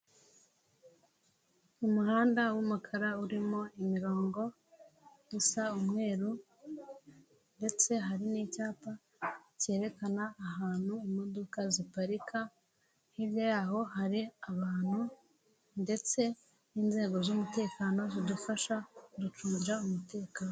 Umuhanda w'umukara urimo imirongo isa umweru ndetse hari n'icyapa, cyerekana ahantu imodoka ziparika, hirya yaho hari abantu ndetse n'inzego z'umutekano zidufasha kuducungira umutekano.